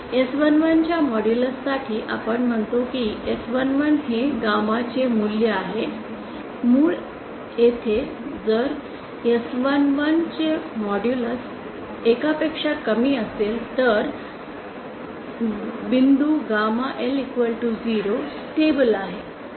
S11 च्या modulus साठी आपण म्हणतो की S11 हे गॅमाचे मूल्य आहे मूळ येथे जर S11 चे मॉड्यूलस 1 पेक्षा कमी असेल तर बिंदू गामा L 0 स्टेबल आहे